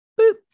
Boop